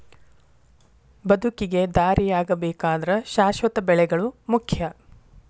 ಬದುಕಿಗೆ ದಾರಿಯಾಗಬೇಕಾದ್ರ ಶಾಶ್ವತ ಬೆಳೆಗಳು ಮುಖ್ಯ